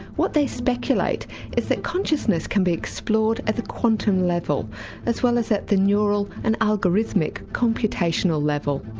what they speculate is that consciousness can be explored at the quantum level as well as at the neural and algorithmic computational level.